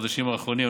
בחודשים האחרונים.